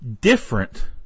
Different